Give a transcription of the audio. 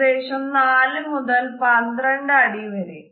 ഏകദേശം 4 മുതൽ 12 അടി വരെ